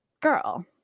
girl